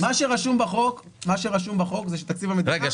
מה שרשום בחוק זה שתקציב המדינה --- רגע,